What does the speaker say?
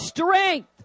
Strength